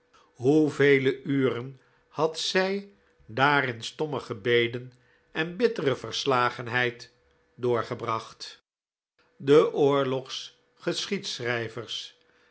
hoevele uren had zij daar in stomme gebeden en bittere verslagenheid doorgebracht de